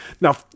Now